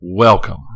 Welcome